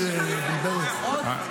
בלבל אותי.